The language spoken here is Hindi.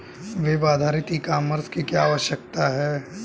वेब आधारित ई कॉमर्स की आवश्यकता क्या है?